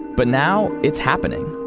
but now, it's happening.